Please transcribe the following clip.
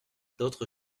d’autres